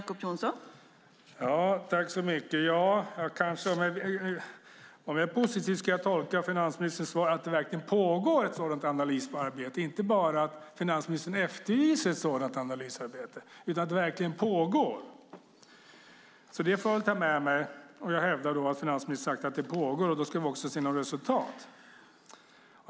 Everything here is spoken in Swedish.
Fru talman! Jag ska vara positiv och tolka finansministerns svar som att det verkligen pågår ett sådant analysarbete och inte bara som att finansministern efterlyser ett sådant analysarbete. Det får jag väl ta med mig. Jag hävdar alltså att finansministern har sagt att arbetet pågår, och då ska vi också se några resultat.